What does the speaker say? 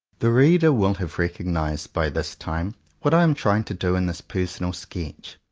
the reader will havc rccognized by this time what i am trying to do in this personal sketch,